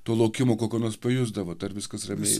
to laukimo kokio nors pajusdavot ar viskas ramiai